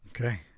Okay